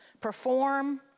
perform